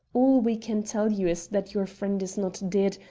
all we can tell you is that your friend is not dead,